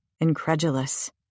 incredulous